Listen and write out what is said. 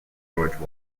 george